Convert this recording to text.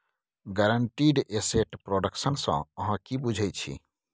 guaranteed asset production सँ अहाँ कि बुझै छी